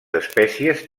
espècies